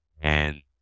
And-